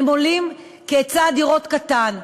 הם עולים כי היצע הדירות קטן.